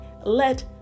let